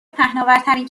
پهناورترین